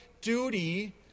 duty